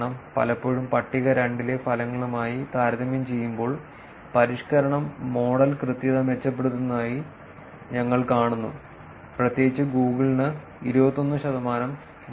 പലപ്പോഴും പട്ടിക 2 ലെ ഫലങ്ങളുമായി താരതമ്യം ചെയ്യുമ്പോൾ പരിഷ്ക്കരണം മോഡൽ കൃത്യത മെച്ചപ്പെടുത്തുന്നതായി ഞങ്ങൾ കാണുന്നു പ്രത്യേകിച്ച് ഗൂഗിളിന് 21 നേട്ടം